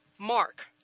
mark